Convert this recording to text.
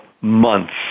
months